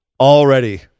already